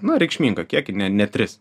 nu reikšmingą kiekį ne ne tris